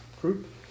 group